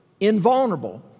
Invulnerable